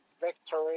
victory